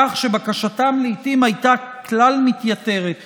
כך שבקשתם לעיתים הייתה מתייתרת כליל.